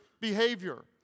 behavior